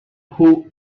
who